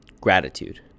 Gratitude